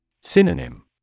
Synonym